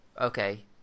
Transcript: okay